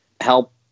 help